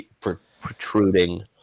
protruding